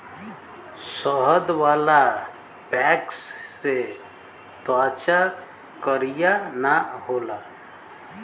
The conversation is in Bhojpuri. शहद वाला वैक्स से त्वचा करिया ना होला